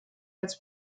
als